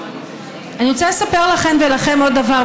אני רוצה לספר לכם ולכן עוד דבר,